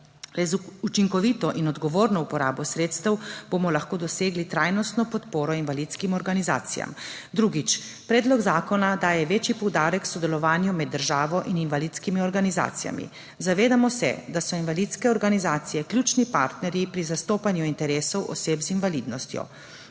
Le z učinkovito in odgovorno uporabo sredstev bomo lahko dosegli trajnostno podporo invalidskim organizacijam. Drugič, predlog zakona daje večji poudarek sodelovanju med državo in invalidskimi organizacijami. Zavedamo se, da so invalidske organizacije ključni partnerji pri zastopanju interesov oseb z invalidnostjo.